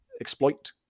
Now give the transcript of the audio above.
exploit